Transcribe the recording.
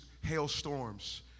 hailstorms